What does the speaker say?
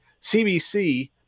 CBC